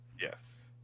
yes